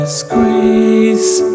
squeeze